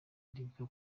ndibuka